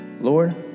Lord